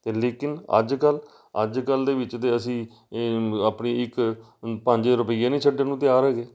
ਅਤੇ ਲੇਕਿਨ ਅੱਜ ਕੱਲ੍ਹ ਅੱਜ ਕੱਲ੍ਹ ਦੇ ਵਿੱਚ ਤਾਂ ਅਸੀਂ ਆਪਣੀ ਇੱਕ ਪੰਜ ਰੁਪਈਏ ਨਹੀਂ ਛੱਡਣ ਨੂੰ ਤਿਆਰ ਹੈਗੇ